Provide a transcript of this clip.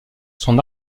son